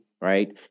right